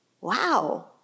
Wow